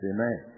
Amen